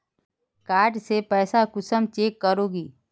Card से पैसा कुंसम चेक करोगी?